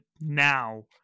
now